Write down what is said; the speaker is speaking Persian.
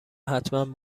حتمن